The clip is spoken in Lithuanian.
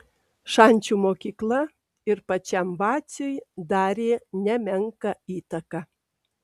šančių mokykla ir pačiam vaciui darė nemenką įtaką